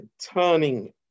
turning